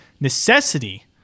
necessity